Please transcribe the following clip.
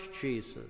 Jesus